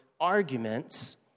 arguments